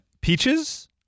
Peaches